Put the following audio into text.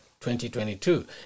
2022